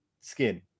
skin